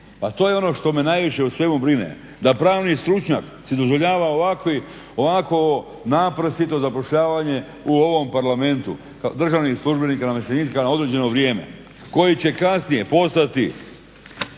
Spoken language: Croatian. A to je ono što me najviše u svemu brine, da pravni stručnjak si dozvoljava ovako naprasito zapošljavanje u ovom Parlamentu državnih službenika i namještenika na određeno vrijeme koji će kasnije postati,